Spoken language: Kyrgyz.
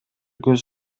көз